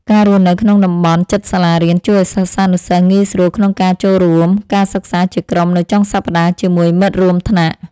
ការរស់នៅក្នុងតំបន់ជិតសាលារៀនជួយឱ្យសិស្សានុសិស្សងាយស្រួលក្នុងការចូលរួមការសិក្សាជាក្រុមនៅចុងសប្តាហ៍ជាមួយមិត្តរួមថ្នាក់។